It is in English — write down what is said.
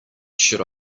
should